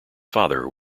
father